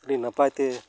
ᱟᱹᱰᱤ ᱱᱟᱯᱟᱭ ᱛᱮ